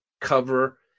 cover